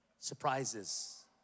surprises